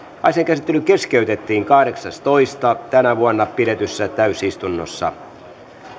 asian käsittely keskeytettiin kahdeksas toista kaksituhattaseitsemäntoista pidetyssä täysistunnossa